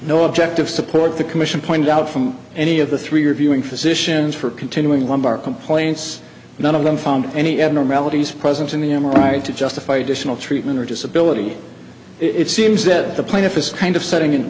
no objective support the commission pointed out from any of the three or viewing physicians for continuing lumbar complaints none of them found any enter melody's presence in the m r i to justify additional treatment or disability it seems that the plaintiff is kind of setting an